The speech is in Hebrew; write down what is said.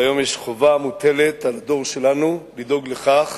והיום חובה מוטלת על הדור שלנו לדאוג לכך